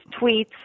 tweets